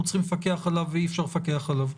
צריכים לפקח עליו ואי אפשר לפקח עליו,